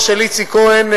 למורת רוחו של איציק כהן,